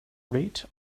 rate